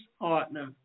partner